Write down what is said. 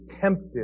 tempted